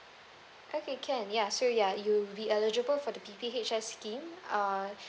okay can ya so ya you be eligible for the P_P_S_H scheme uh